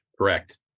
Correct